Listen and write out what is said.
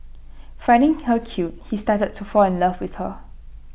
finding her cute he started to fall in love with her